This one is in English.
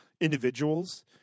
individuals